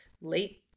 late